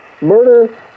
murder